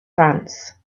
france